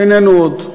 איננו עוד.